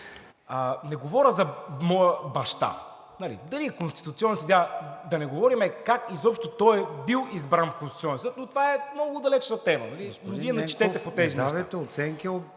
Не говоря за моя баща – дали е конституционен съдия, а да не говорим как изобщо той е бил избран в Конституционния съд, но това е много далечна тема, нали, Вие не четете за тези неща.